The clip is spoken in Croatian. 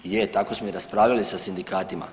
Je, tako smo i raspravljali sa sindikatima.